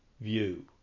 view